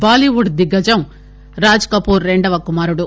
బాలీవుడ్ దిగ్గజం రాజ్ కపూర్ రెండో కుమారుడు